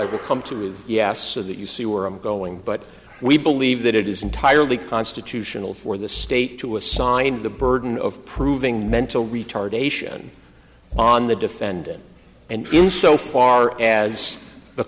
either come to yes so that you see were going but we believe that it is entirely constitutional for the state to assign the burden of proving mental retardation on the defendant and in so far as the